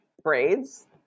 braids